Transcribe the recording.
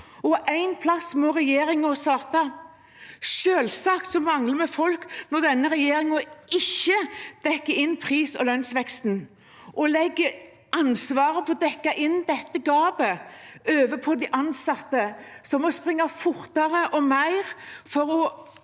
en plass må regjeringen starte. Selvsagt mangler vi folk når denne regjeringen ikke dekker inn pris- og lønnsveksten og legger ansvaret for å dekke inn dette gapet over på de ansatte, som må springe fortere og mer for å